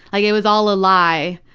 like it was all a lie.